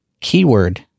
keyword